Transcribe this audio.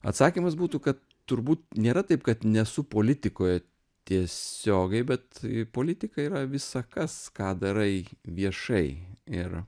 atsakymas būtų kad turbūt nėra taip kad nesu politikoje tiesiogiai bet politika yra visa kas ką darai viešai ir